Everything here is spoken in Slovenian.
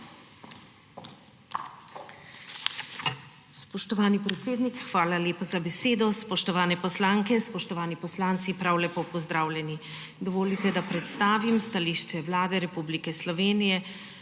hvala lepa za besedo. Spoštovane poslanke, spoštovani poslanci! Prav lepo pozdravljeni! Dovolite, da predstavim stališče Vlade Republike Slovenije